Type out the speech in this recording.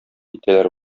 китәләр